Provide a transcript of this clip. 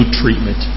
treatment